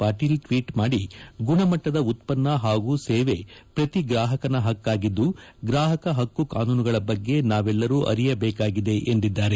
Patil tweet ಮಾಡಿ ಗುಣಮಟ್ಟದ ಉತ್ಪನ್ನ ಹಾಗೂ ಸೇವೆ ಪ್ರತಿ ಗ್ರಾಹಕವ ಹಕ್ಕಾಗಿದ್ದು ಗ್ರಾಹಕ ಹಕ್ಕುಗಳ ಕಾನೂನುಗಳ ಬಗ್ಗೆ ನಾವೆಲ್ಲರೂ ಅರಿಯಬೇಕಾಗಿದೆ ಎಂದಿದ್ದಾರೆ